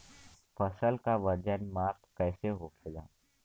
फसल का वजन माप कैसे होखेला?